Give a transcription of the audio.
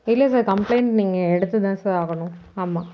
இல்லை sir complaint நீங்கள் எடுத்துதான் சார் ஆகணும் ஆமாம்